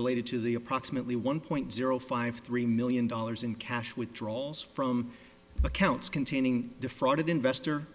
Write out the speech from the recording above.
related to the approximately one point zero five three million dollars in cash withdrawals from accounts containing defrauded investor